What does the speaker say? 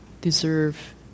Deserve